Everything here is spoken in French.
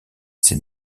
ses